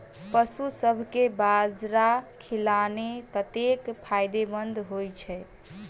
पशुसभ केँ बाजरा खिलानै कतेक फायदेमंद होइ छै?